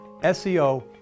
SEO